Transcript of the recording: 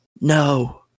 no